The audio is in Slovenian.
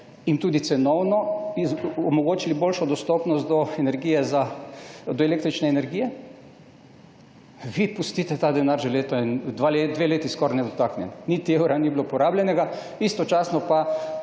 jim tudi cenovno omogočili boljšo dostopnost do električne energije, vi pustite ta denar že skoraj dve leti nedotaknjen. Niti evra ni bilo porabljenega. Istočasno